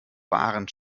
wahren